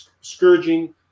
scourging